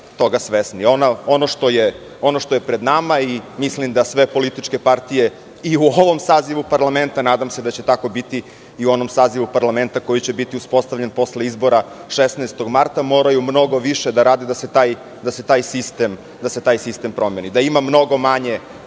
što je pred nama, a mislim da sve političke partije i u ovom sazivu parlamenta, a nadam se da će tako biti u onom sazivu parlamenta koji će biti uspostavljen posle izbora 16. marta, moraju mnogo više da rade da se taj sistem promeni. Da ima mnogo manje